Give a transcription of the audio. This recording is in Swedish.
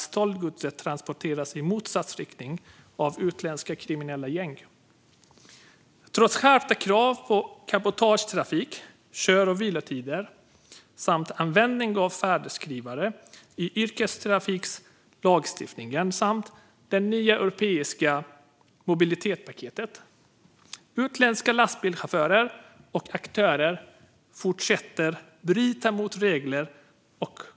Stöldgodset transporteras i motsatt riktning av utländska kriminella gäng. Trots skärpta krav på cabotagetrafik, kör och vilotider samt användning av färdskrivare i enlighet med yrkestrafiklagstiftningen och det nya europeiska mobilitetpaketet fortsätter utländska lastbilschaufförer och aktörer att bryta mot regler.